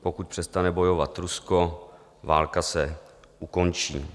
Pokud přestane bojovat Rusko, válka se ukončí.